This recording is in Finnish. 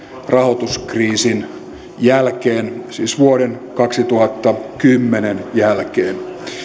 rahoituskriisin jälkeen siis vuoden kaksituhattakymmenen jälkeen